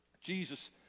Jesus